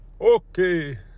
Okay